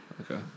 okay